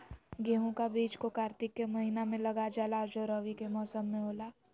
गेहूं का बीज को कार्तिक के महीना में लगा जाला जो रवि के मौसम में होला